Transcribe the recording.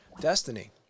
Destiny